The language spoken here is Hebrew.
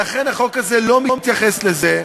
ולכן, החוק הזה לא מתייחס לזה,